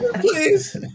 Please